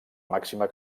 màxima